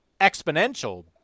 exponential